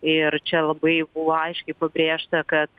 ir čia labai buvo aiškiai pabrėžta kad